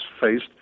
faced